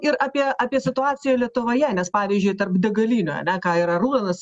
ir apie apie situaciją lietuvoje nes pavyzdžiui tarp degalinių ane ką ir arūnas